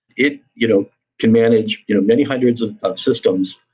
it you know can manage you know many hundreds of of systems.